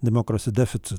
demokrasy deficit